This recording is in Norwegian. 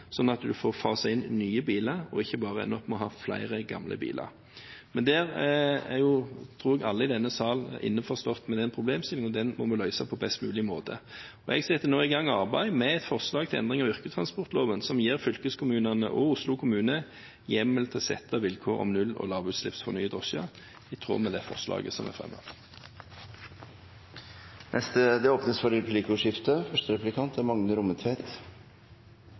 sånn at de får faset inn nye biler og ikke bare ender opp med å ha flere gamle biler. Men jeg tror alle i denne salen er innforstått med den problemstillingen, og den må vi løse på best mulig måte. Jeg setter nå i gang et arbeid med forslag til endring av yrkestransportloven, som gir fylkeskommunene og Oslo kommune hjemmel til å sette vilkår om null- og lavutslipp for nye drosjer, i tråd med det forslaget som er fremmet. Det blir replikkordskifte.